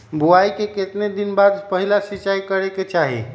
बोआई के कतेक दिन बाद पहिला सिंचाई करे के चाही?